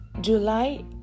July